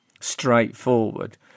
straightforward